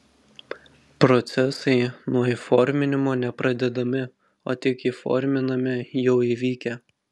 procesai nuo įforminimo ne pradedami o tik įforminami jau įvykę